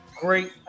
great